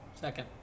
second